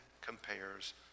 compares